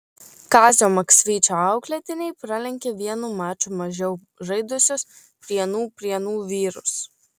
kazio maksvyčio auklėtiniai pralenkė vienu maču mažiau žaidusius prienų prienų vyrus